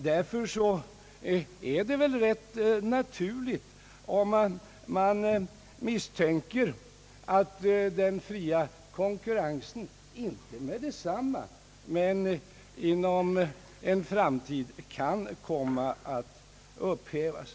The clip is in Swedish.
Därför är det väl rätt naturligt om man misstänker att den fria konkurrensen — inte med detsamma men i framtiden — kan komma att upphävas.